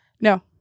No